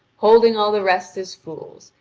holding all the rest as fools,